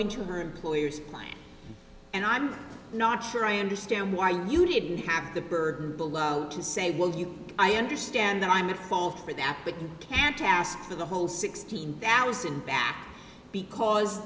into her employer's plan and i'm not sure i understand why you didn't have the burden to say well you know i understand that i'm at fault for that but you can't ask for the whole sixteen thousand back because